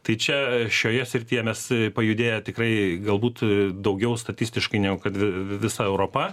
tai čia šioje srityje mes pajudėję tikrai galbūt daugiau statistiškai negu kad visa europa